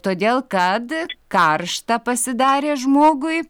todėl kad karšta pasidarė žmogui